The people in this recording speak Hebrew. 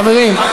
חברים.